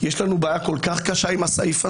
אני חברה באדיקות בוועדה לביטחון הפנים,